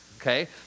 okay